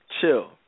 chill